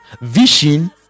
Vision